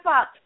up